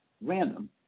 random